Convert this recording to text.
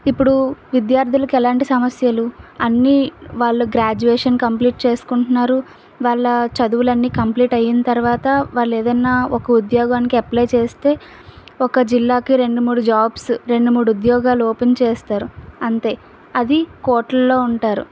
ఇప్పుడు విద్యార్థులకు ఎలాంటి సమస్యలు అన్నీ వాళ్ళు గ్రాడ్యుయేషన్ కంప్లీట్ చేసుకుంటున్నారు వాళ్ళ చదువులు అన్నీ కంప్లీట్ అయిన తర్వాత వాళ్ళు ఏదైనా ఒక ఉద్యోగానికి అప్లై చేస్తే ఒక జిల్లాకి రెండు మూడు జాబ్స్ రెండు మూడు ఉద్యోగాలు ఓపెన్ చేస్తారు అంతే అది కోట్లలో ఉంటారు